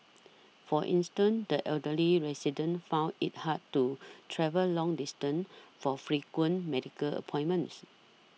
for instance the elderly residents found it hard to travel long distances for frequent medical appointments